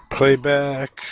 Playback